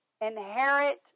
inherit